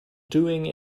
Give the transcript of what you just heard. doing